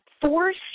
force